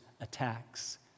attacks